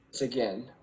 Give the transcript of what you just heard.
Again